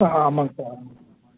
ஆ ஆமாங்க சார் ஆமாங்க சார்